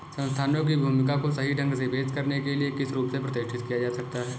संस्थानों की भूमिका को सही ढंग से पेश करने के लिए किस रूप से प्रतिष्ठित किया जा सकता है?